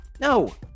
No